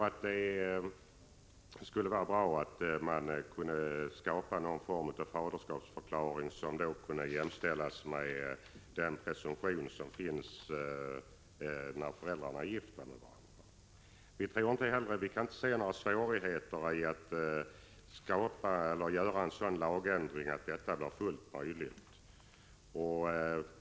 Det skulle vara bra att skapa någon form av faderskapsförklaring, som kunde jämställas med den presumtion som finns när föräldrarna är gifta med varandra. Vi kan inte se några svårigheter att göra en sådan lagändring, utan det vore fullt möjligt.